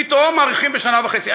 פתאום מאריכים בשנה וחצי.